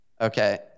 Okay